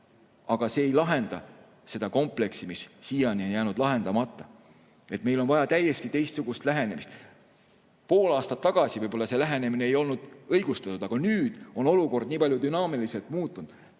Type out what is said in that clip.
Aga see ei lahenda seda kompleksi, mis siiani on jäänud lahendamata. Meil on vaja täiesti teistsugust lähenemist. Pool aastat tagasi võib-olla see [teistsugune] lähenemine ei olnud õigustatud, aga nüüd on olukord nii palju dünaamiliselt muutunud.